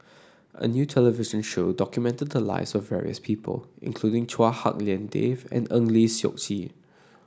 a new television show documented the lives of various people including Chua Hak Lien Dave and Eng Lee Seok Chee